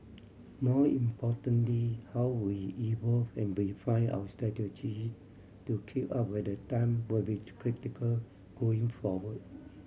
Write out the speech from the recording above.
more importantly how we evolve and refine our strategy to keep up with the time will be critical going forward